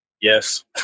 Yes